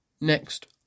Next